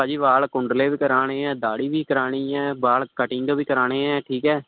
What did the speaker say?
ਭਾਅ ਜੀ ਵਾਲ ਕੁੰਡਲੇ ਵੀ ਕਰਾਣੇ ਹੈ ਦਾੜ੍ਹੀ ਵੀ ਕਰਾਣੀ ਹੈ ਵਾਲ ਕਟਿੰਗ ਵੀ ਕਰਾਣੇ ਹੈ ਠੀਕ ਹੈ